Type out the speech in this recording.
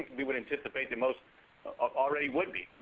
we would anticipate the most already would be.